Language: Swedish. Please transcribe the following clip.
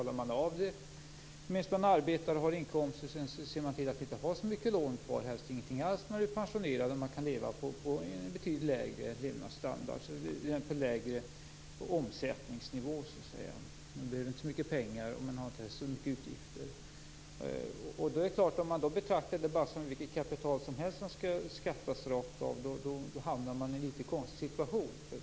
Man betalar av dem medan man arbetar och har inkomster. Sedan ser man till att man inte har så mycket lån kvar, helst ingenting alls, när man är pensionerad och lever på en lägre omsättningsnivå. Man behöver inte så mycket pengar, och man har inte så mycket utgifter. Om man då betraktar fastigheter som vilket kapital som helst som skall beskattas rakt av hamnar man i en litet konstig situation.